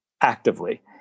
actively